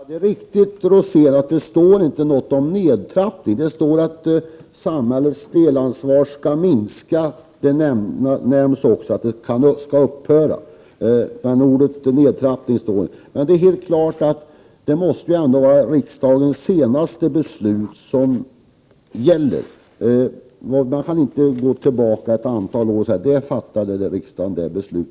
Herr talman! Det är riktigt, Bengt Rosén, att det inte står något om nedtrappning. Det står att samhällets delansvar skall minska, och det nämns . också att det skall upphöra. Ordet nedtrappning nämns dock inte. Det är ändock helt klart att det måste vara riksdagens senaste beslut som gäller. Man kan inte gå tillbaka ett antal år och säga att riksdagen då fattade ett annat beslut.